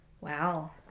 Wow